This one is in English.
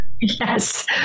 Yes